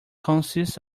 consists